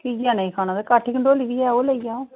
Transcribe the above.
घीआ नेईं खाना ते कट्ट कंडोली बी ऐ ओह् लेई आओ